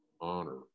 honor